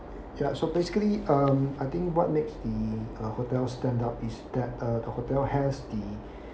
ya so basically um I think what makes the the hotel stand out is that uh the hotel has the